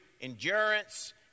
endurance